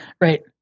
right